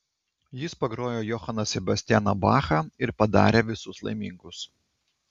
jis pagrojo johaną sebastianą bachą ir padarė visus laimingus